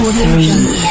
three